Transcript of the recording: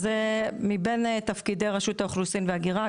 מבין תפקידי רשות האוכלוסין וההגירה,